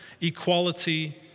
equality